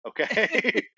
Okay